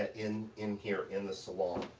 in in here, in the salon,